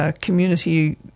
community